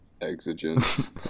exigence